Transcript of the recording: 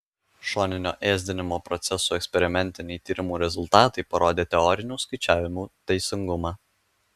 šoninio ėsdinimo procesų eksperimentiniai tyrimų rezultatai parodė teorinių skaičiavimų teisingumą